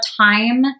time